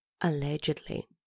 allegedly